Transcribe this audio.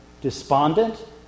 despondent